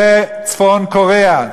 זה צפון-קוריאה,